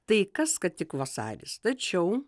tai kas kad tik vasaris tačiau